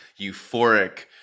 euphoric